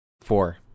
four